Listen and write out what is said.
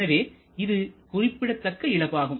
எனவே இது குறிப்பிடத்தக்க இழப்பு ஆகும்